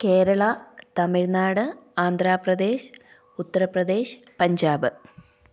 Kerala Tamil Nadu Andhra Pradesh Uttar Pradesh Punjab